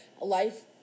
life